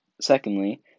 Secondly